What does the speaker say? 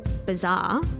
bizarre